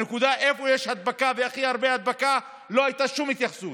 לשאלה איפה יש הדבקה והכי הרבה הדבקה לא הייתה שום התייחסות.